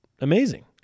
amazing